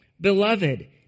Beloved